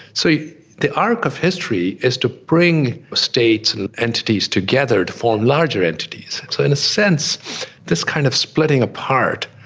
so the arc of history is to bring states and entities together to form larger entities. and so in a sense this kind of splitting apart,